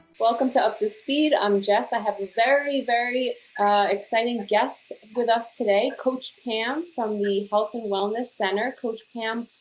welcome to up to speed. i'm jess. i have a very, very exciting guest with us today, coach pam from the health and wellness center. coach pam,